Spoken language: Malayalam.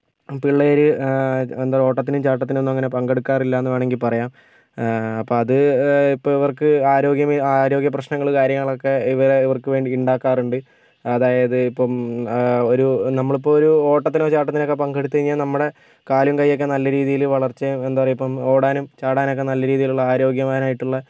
പിള്ളേര് ഓട്ടത്തിനും ചാട്ടത്തിനും ഒന്നിനും അങ്ങനെ പങ്കെടുക്കാറില്ലെന്ന് വേണമെങ്കിൽ പറയാം ഇപ്പോൾ അത് ഇവർക്ക് ആരോഗ്യ ആരോഗ്യപ്രശ്നങ്ങളും കാര്യങ്ങളും ഒക്കെ ഇവരെ ഇവർക്ക് വേണ്ടി ഉണ്ടാക്കാറുണ്ട് അതായത് ഇപ്പം ഒരു നമ്മൾ ഇപ്പോൾ ഒരു ഓട്ടത്തിനോ ചാട്ടത്തിന് ഒക്കെ പങ്കെടുത്തു കഴിഞ്ഞാൽ നമ്മുടെ കാലും കയ്യും ഒക്കെ നല്ല രീതിയിൽ വളർച്ച ഇപ്പോൾ എന്താ പറയുക ഓടാനും ചാടാനും ഒക്കെ നല്ല രീതിയിലുള്ള ആരോഗ്യവാനായിട്ടുള്ള